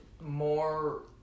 more